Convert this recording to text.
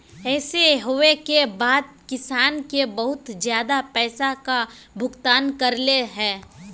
ऐसे होबे के बाद किसान के बहुत ज्यादा पैसा का भुगतान करले है?